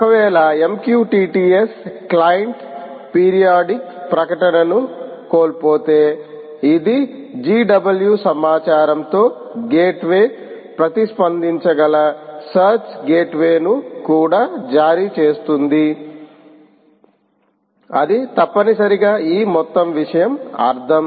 ఒకవేళ MQTT S client periodic ప్రకటనను కోల్పోతే ఇది GW సమాచారంతో గేట్వే ప్రతిస్పందించగల సర్చ్ గేట్వేను కూడా జారీ చేస్తుంది అది తప్పనిసరిగా ఈ మొత్తం విషయం అర్థం